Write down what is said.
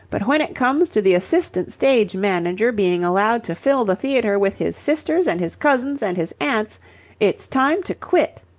but when it comes to the assistant stage manager being allowed to fill the theatre with his sisters and his cousins and his aunts it's time to quit.